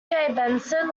benson